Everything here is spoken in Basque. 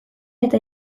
eta